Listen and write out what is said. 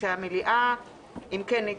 אם כן,